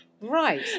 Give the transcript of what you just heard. Right